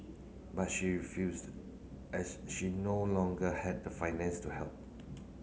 but she refused as she no longer had the finance to help